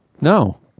No